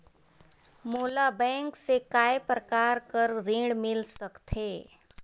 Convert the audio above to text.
मोला बैंक से काय प्रकार कर ऋण मिल सकथे?